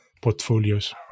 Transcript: portfolios